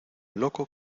loco